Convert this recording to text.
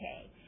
okay